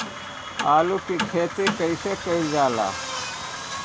आलू की खेती कइसे कइल जाला?